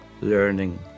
learning